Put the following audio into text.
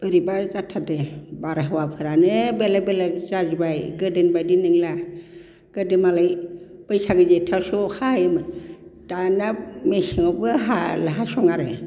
बोरैबा जाथारदों बारहावाफोरानो बेलेक बेलेक जाजोब्बाय गोदोनि बायदि नंलिया गोदो मालाय बैसागो जेथोआवसो अखा हायोमोन दाना मेसेङावबो हास'नो आरो